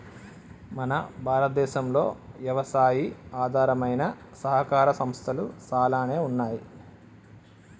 మన భారతదేసంలో యవసాయి ఆధారమైన సహకార సంస్థలు సాలానే ఉన్నాయి